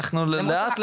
אנחנו לאט,